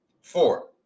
four